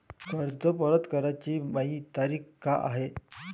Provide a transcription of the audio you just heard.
कर्ज परत कराची मायी तारीख का हाय?